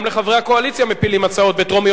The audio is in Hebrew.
גם לחברי הקואליציה מפילים הצעות בטרומיות,